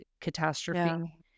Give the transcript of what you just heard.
catastrophe